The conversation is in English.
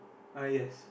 uh yes